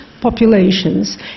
populations